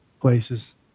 places